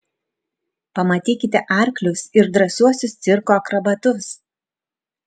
pamatykite arklius ir drąsiuosius cirko akrobatus